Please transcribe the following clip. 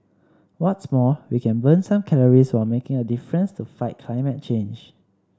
what's more we can burn some calories while making a difference to fight climate change